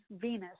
Venus